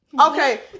okay